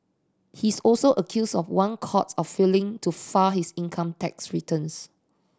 he is also accused of one count of failing to file his income tax returns